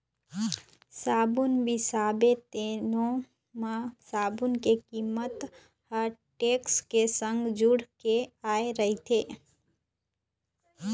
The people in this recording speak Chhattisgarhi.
साबून बिसाबे तेनो म साबून के कीमत ह टेक्स के संग जुड़ के आय रहिथे